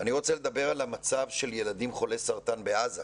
אבל אני רוצה לדבר על המצב של ילדים חולי סרטן בעזה.